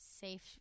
safe